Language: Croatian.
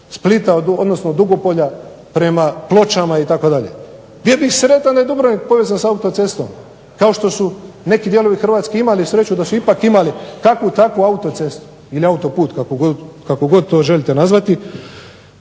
Splita, odnosno od Dugopolja prema Pločama itd. Bio bih sretan da je Dubrovnik povezan s autocestom kao što su neki dijelovi Hrvatske imali sreću da su ipak imali kakvu takvu autocestu ili autoput, kako god to želite nazvati.